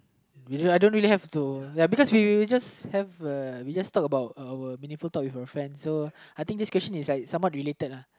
which I don't really have to like because we we just have uh we just talk about our meaningful talk with our friends I think this question is like somewhat related lah